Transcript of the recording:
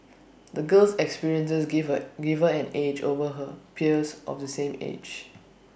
the girl's experiences gave her gave her an edge over her peers of the same age